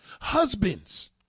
Husbands